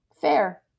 fair